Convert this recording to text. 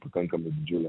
pakankamai didžiulę